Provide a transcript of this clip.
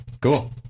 Cool